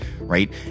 right